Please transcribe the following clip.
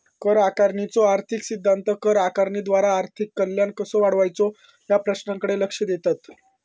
कर आकारणीचो आर्थिक सिद्धांत कर आकारणीद्वारा आर्थिक कल्याण कसो वाढवायचो या प्रश्नाकडे लक्ष देतत